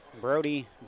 Brody